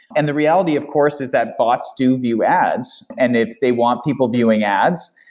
and the reality, of course, is that bots do view ads, and if they want people viewing ads,